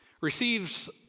receives